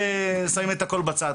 כדבר חשוב ושמים את התחום הזה בצד.